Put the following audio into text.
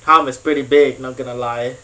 harm is pretty big not gonna lie